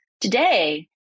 Today